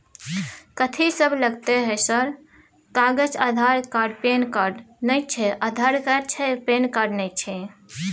कथि सब लगतै है सर कागज आधार कार्ड पैन कार्ड नए छै आधार कार्ड छै पैन कार्ड ना छै?